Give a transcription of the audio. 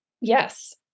Yes